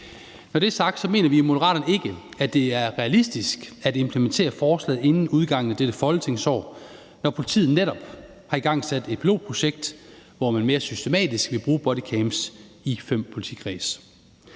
Når det er sagt, mener vi i Moderaterne ikke, at det er realistisk at implementere forslaget inden udgangen af dette folketingsår, når politiet netop har igangsat et pilotprojekt, hvor man mere systematisk vil bruge bodycams i fem politikredse.